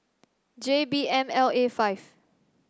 J B M L A five